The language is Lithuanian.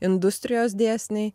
industrijos dėsniai